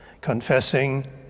confessing